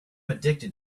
addicted